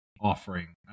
offering